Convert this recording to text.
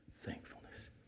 thankfulness